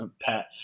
Pat